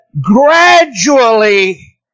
gradually